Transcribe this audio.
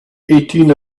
eighteen